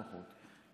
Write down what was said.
לפחות,